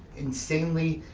insanely,